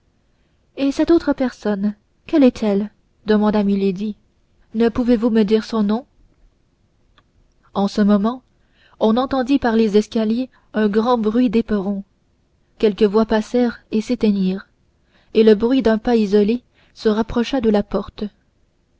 et cette autre personne quelle est-elle demanda milady ne pouvez-vous me dire son nom en ce moment on entendit par les escaliers un grand bruit d'éperons quelques voix passèrent et s'éteignirent et le bruit d'un pas isolé se rapprocha de la porte